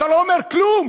אתה לא אומר כלום,